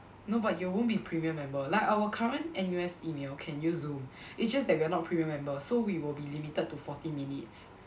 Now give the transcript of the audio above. no but you won't be premium member like our current N_U_S email can use Zoom it's just that we are not premium member so we will be limited to forty minutes